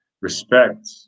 respect